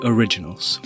Originals